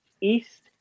east